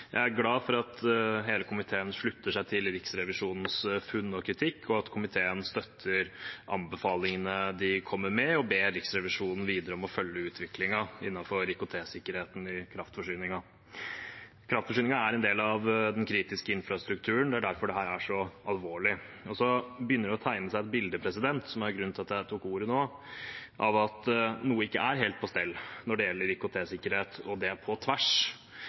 Jeg er glad for at hele komiteen slutter seg til Riksrevisjonens funn og kritikk, og at komiteen støtter anbefalingene de kommer med, og ber Riksrevisjonen videre om å følge utviklingen innenfor IKT-sikkerheten i kraftforsyningen. Kraftforsyningen er en del av den kritiske infrastrukturen, det er derfor dette er så alvorlig. Det begynner å tegne seg et bilde – som er grunnen til at jeg tok ordet nå – av at noe ikke er helt på stell når det gjelder IKT-sikkerhet, og det på tvers.